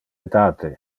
etate